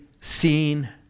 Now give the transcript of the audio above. seen